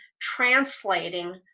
translating